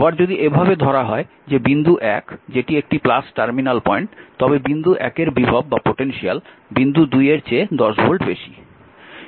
আবার যদি এভাবে ধরা হয় যে বিন্দু 1 যেটি একটি টার্মিনাল পয়েন্ট তবে বিন্দু 1 এর বিভব বিন্দু 2 এর চেয়ে 10 ভোল্ট বেশি